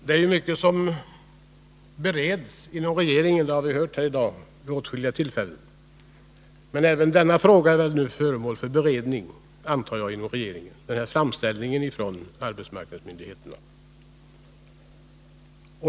Det är mycket som bereds inom regeringen — det har vi hört vid åtskilliga tillfällen i dag. Även framställningen från arbetsmarknadsmyndigheten är väl nu, antar jag, föremål för beredning 157 inom regeringen.